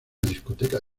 discoteca